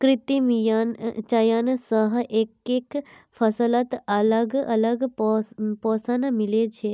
कृत्रिम चयन स एकके फसलत अलग अलग पोषण मिल छे